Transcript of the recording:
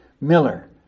Miller